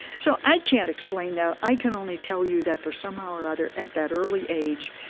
so i can't explain that. i can only tell you that for somehow or other, at that early age,